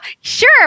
sure